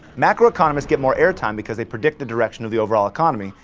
macroeconomists get more airtime because they predict the direction of the overall economy,